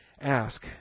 ask